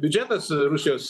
biudžetas rusijos